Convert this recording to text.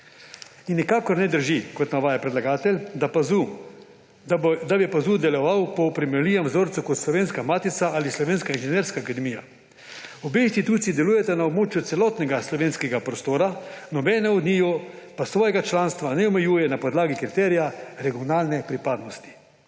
In nikakor ne drži, kot navaja predlagatelj, da bi PAZU deloval po primerljivem vzorcu kot Slovenska matica ali Slovenska inženirska akademija. Obe instituciji delujeta na območju celotnega slovenskega prostora, nobena od njiju pa svojega članstva ne omejuje na podlagi kriterija regionalna pripadnosti.